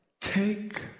take